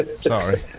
sorry